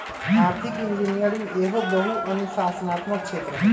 आर्थिक इंजीनियरिंग एहो बहु अनुशासनात्मक क्षेत्र हइ